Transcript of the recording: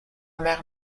mer